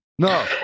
No